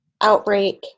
outbreak